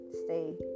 stay